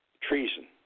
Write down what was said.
treason